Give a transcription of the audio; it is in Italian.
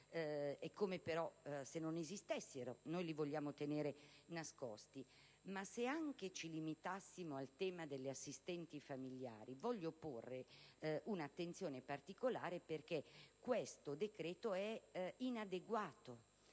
è come se non esistessero. Vogliamo tenerli nascosti. Ma se anche ci limitassimo al tema delle assistenti familiari, voglio porvi attenzione particolare, perché questo decreto è inadeguato,